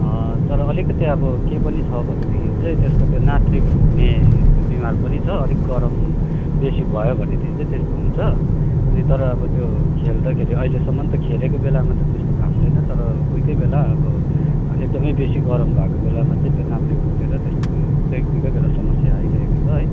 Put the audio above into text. तर अलिकति अब के पनि छ भनेदेखि चाहिँ त्यसको त्यो नाथ्री फुट्ने त्यो बिमार पनि छ अलिक गरम बेसी भयो भनेदेखि चाहिँ त्यस्तो हुन्छ अनि तर अब त्यो खेल्दाखेरि अहिलेसम्म त खेलेको बेलामा त त्यस्तो भएको छैन तर कोही कोही बेला अब एकदमै बेसी गरम भएको बेलामा चाहिँ त्यो नाथ्री फुटेर त्यस्तोहरू चाहिँ कोही कोही बेला समस्या आइरहेको छ है